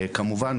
כמובן,